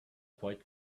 quite